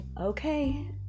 okay